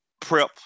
prep